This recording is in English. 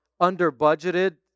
under-budgeted